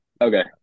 Okay